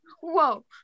Whoa